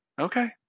okay